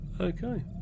okay